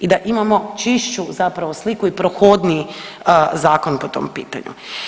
I da imamo čišću zapravo sliku i prohodniji zakon po tom pitanju.